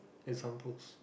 examples